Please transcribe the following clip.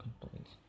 complaints